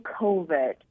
COVID